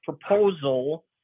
proposal